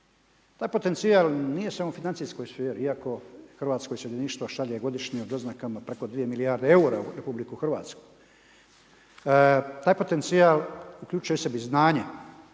Taj potencijal nije samo u financijskoj sferi, iako hrvatsko iseljeništvo šalje godišnje u doznakama preko 2 milijarde eura u RH. Taj potencijal uključuje znanje,